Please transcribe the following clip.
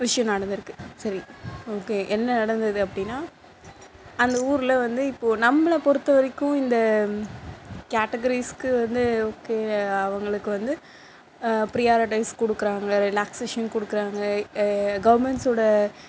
விஷயம் நடந்திருக்கு சரி ஓகே என்ன நடந்தது அப்படினா அந்த ஊரில் வந்து இப்போது நம்மள பொறுத்தவரைக்கும் இந்த கேட்டகிரீஸ்க்கு வந்து அவர்களுக்கு வந்து ப்ரியாரிட்டீஸ் கொடுக்குறாங்க ரிலாக்ஸ்சேஷன்னுக்கு கொடுக்குறாங்க கவெர்மெண்ட்ஸ்சோட